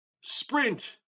sprint